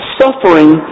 suffering